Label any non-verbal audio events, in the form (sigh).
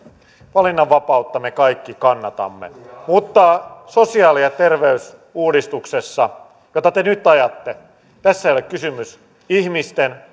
valinnanvapautta me kaikki kannatamme mutta sosiaali ja terveysuudistuksessa jota te nyt ajatte ei ole kysymys ihmisten (unintelligible)